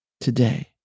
today